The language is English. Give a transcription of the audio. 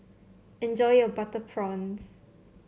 enjoy your Butter Prawns